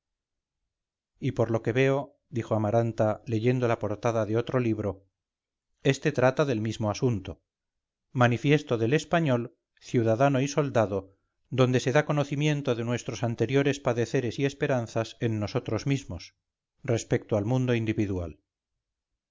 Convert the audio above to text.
y por lo que veo dijo amaranta leyendo la portada de otro libro este trata del mismo asunto manifiesto del español ciudadano y soldado donde se da conocimiento de nuestros anteriores padeceres y esperanzas en nosotros mismos respecto al mundo individual